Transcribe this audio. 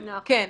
בדיוק, כן.